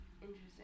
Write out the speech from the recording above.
interesting